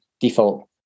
default